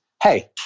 Hey